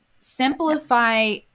simplify